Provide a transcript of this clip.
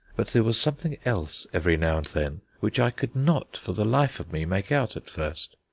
but there was something else every now and then which i could not for the life of me make out at first.